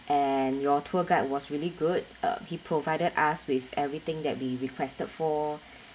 and your tour guide was really good uh he provided us with everything that we requested for